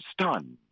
stunned